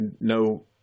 no